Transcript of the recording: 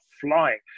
flying